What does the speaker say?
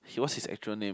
he what's his actual name